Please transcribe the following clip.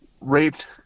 raped